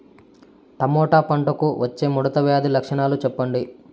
Tomato పంటకు వచ్చే ముడత వ్యాధి లక్షణాలు చెప్పండి?